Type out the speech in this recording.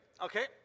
Okay